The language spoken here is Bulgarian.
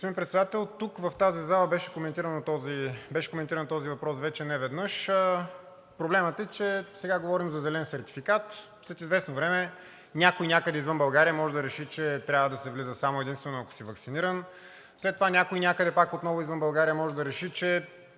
Председател, тук, в тази зала, беше коментиран този въпрос вече неведнъж. Проблемът е, че сега говорим за зелен сертификат, след известно време някой някъде извън България може да реши, че трябва да се влиза само единствено ако си ваксиниран. След това някой някъде, пак отново извън България, може да реши, че